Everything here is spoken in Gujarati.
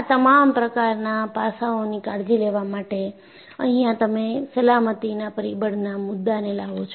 આ તમામ પ્રકારના પાસાઓની કાળજી લેવા માટે અહિયાં તમે સલામતીના પરિબળના મુદ્દાને લાવો છો